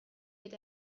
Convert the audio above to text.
eta